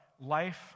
life